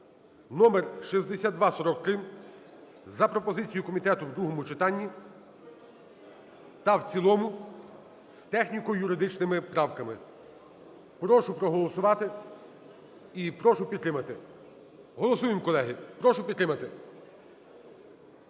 (№ 6243) за пропозицією комітету в другому читанні та в цілому з техніко-юридичними правками. Прошу проголосувати і прошу підтримати. Голосуємо, колеги. Прошу підтримати.